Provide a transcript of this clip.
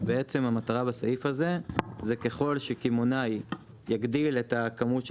המטרה של הסעיף הזה היא שככל שקמעונאי יגדיל את הכמות של